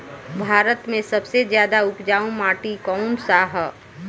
भारत मे सबसे ज्यादा उपजाऊ माटी कउन सा ह?